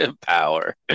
power